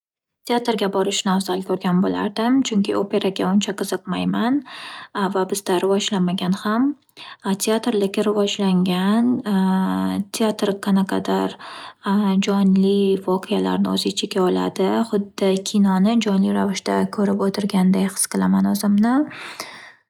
Teatrga borishni afzal ko'rgan bo'lardim, chunki operaga uncha qiziqmayman va bizda rivojlanmagan ham. Teatr lekin rivojlangan. Teatr qanaqadir jonli voqealarni o'z ichiga oladi, xuddi kinoni jonli ravishda ko'rib o'tirganday his qilaman o'zimni.